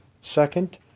Second